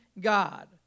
God